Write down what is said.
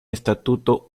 estatuto